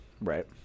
Right